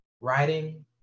Writing